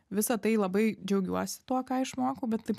visa tai labai džiaugiuosi tuo ką išmokau bet taip